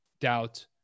doubt